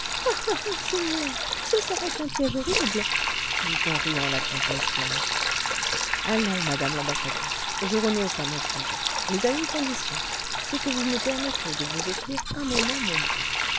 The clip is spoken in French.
monseigneur ce serait un piège horrible dit en riant la comtesse de allons madame l'ambassadrice je renonce à mon projet mais à une condition c'est que vous me permettrez de vous offrir un moment mon bras